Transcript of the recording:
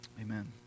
Amen